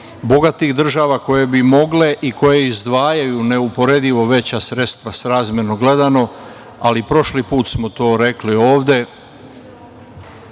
bogatih država koje bi mogle i koje izdvajaju neuporedivo veća sredstva srazmerno gledano, ali prošli put smo rekli ovde,